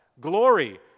Glory